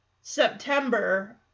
September